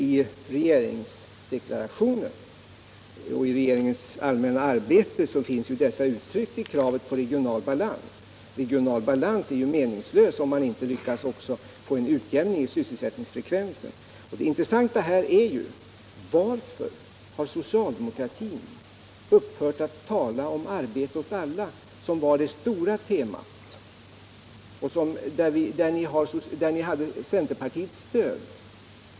I regeringsdeklarationen och i regeringens allmänna arbete finns detta uttryckt i kravet på regional balans. En regional balans är meningslös, om man inte samtidigt lyckas få en utjämning till stånd av sysselsättningsfrekvensen. Den intressanta frågan är: Varför har socialdemokratin upphört att tala om arbete åt alla, som var det stora temat och där ni hade centerpartiets stöd?